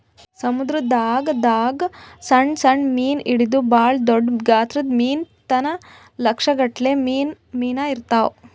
ಸಮುದ್ರದಾಗ್ ದಾಗ್ ಸಣ್ಣ್ ಸಣ್ಣ್ ಮೀನ್ ಹಿಡದು ಭಾಳ್ ದೊಡ್ಡ್ ಗಾತ್ರದ್ ಮೀನ್ ತನ ಲಕ್ಷ್ ಗಟ್ಲೆ ಮೀನಾ ಇರ್ತವ್